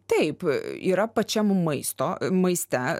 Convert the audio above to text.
taip yra pačiam maisto maiste